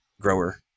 grower